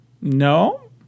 no